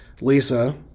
Lisa